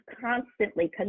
constantly